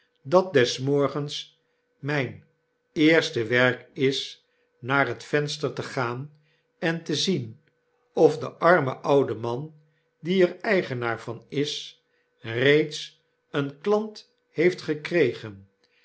dat des morgens myn eerste werk is naar het venster te gaan en te zien of de arme oude man die er eigenaar van is reeds een klant heeft gekregen